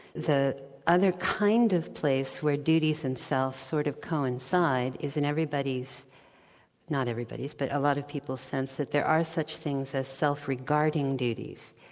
the other kind of place where duties and self sort of coincide, is in everybody's not everybody's but a lot of people sense that there are such things as self-regarding duties,